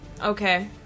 Okay